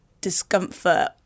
discomfort